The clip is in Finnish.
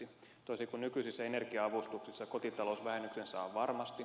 toisin kuin nykyisissä energia avustuksissa kotitalousvähennyksen saa varmasti